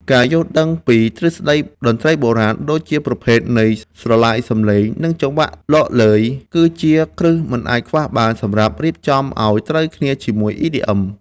ការយល់ដឹងពីទ្រឹស្ដីតន្ត្រីបុរាណ ដូចជាប្រភេទនៃស្រឡាយសំឡេង និងចង្វាក់ឡកឡឺយ គឺជាគ្រឹះមិនអាចខ្វះបានសម្រាប់រៀបចំឱ្យត្រូវគ្នាជាមួយ EDM។